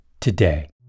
today